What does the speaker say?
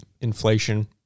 inflation